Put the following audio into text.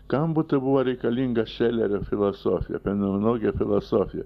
kam būti buvo reikalinga šelerio filosofija fenomenologija filosofija